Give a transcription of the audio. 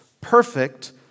perfect